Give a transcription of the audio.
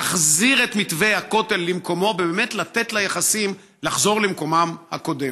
להחזיר את מתווה הכותל למקומו ובאמת לתת ליחסים לחזור למקומם הקודם.